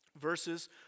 verses